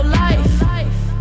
life